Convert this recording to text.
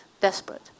desperate